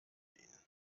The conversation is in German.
ihnen